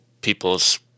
people's